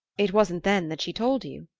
it wasn't then that she told you?